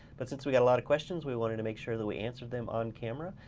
but since we got a lot of questions, we wanted to make sure that we answered them on camera.